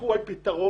הלכו על פיתרון